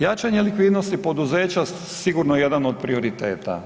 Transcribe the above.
Jačanje likvidnosti poduzeća sigurno je jedan od prioriteta.